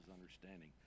understanding